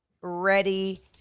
ready-